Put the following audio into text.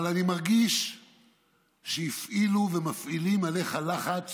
אבל אני מרגיש שהפעילו ומפעילים עליך לחץ